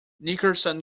nickerson